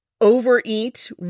overeat